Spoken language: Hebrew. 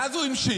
ואז הוא המשיך